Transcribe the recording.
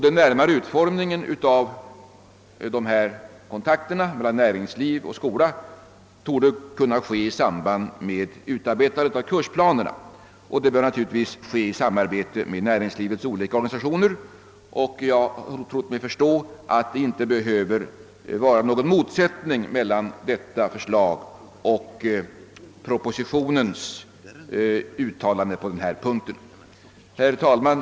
Den närmare utformningen av dessa kontakter mellan näringsliv och skola torde kunna göras i samband med utarbetandet av kursplanerna. Detta bör naturligtvis ske i samarbete med näringslivets olika organisationer, och jag har trott mig förstå att det inte behöver råda någon motsättning mellan detta förslag och propositionens uttalande på denna punkt. Herr talman!